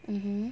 mmhmm